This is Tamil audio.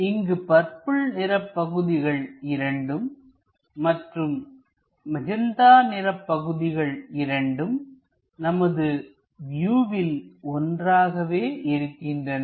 இங்கு பர்பிள் நிறப்பகுதிகள் இரண்டும் மற்றும் மெஜந்தா நிறப்பகுதிகள் இரண்டும் நமது வியூவில் ஒன்றாகவே இருக்கின்றன